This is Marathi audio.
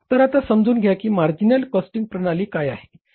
तर आता समजून घ्या की मार्जिनल कॉस्टिंग प्रणाली काय आहे